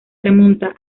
remonta